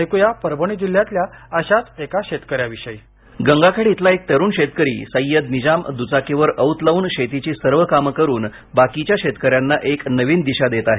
ऐकूया परभणी जिल्ह्यातल्या अशाच एका शेतकऱ्याविषयी स्क्रिप्ट गंगाखेड इथला एका तरुण शेतकरी सय्यद निजाम दुचाकीवर औत लावून शेतीची सर्व कामं करुन बाकीच्या शेतकऱ्यांना एक नविन दिशा देत आहे